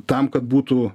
tam kad būtų